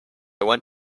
went